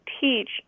teach